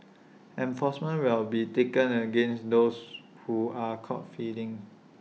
enforcement will be taken against those who are caught feeding